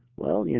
well,